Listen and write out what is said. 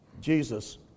Jesus